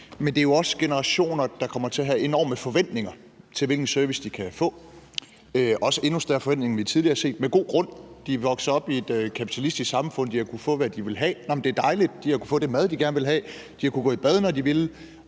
men det er jo også generationer, der kommer til at have enorme forventninger til, hvilken service de kan få, også endnu større forventninger, end vi tidligere har set – og med god grund. De er vokset op i et kapitalistisk samfund, de har kunnet få, hvad de ville have, og det er jo dejligt, at de har kunnet få den mad, de gerne ville have, og de har kunnet gå i bad, når de ville.